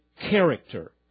character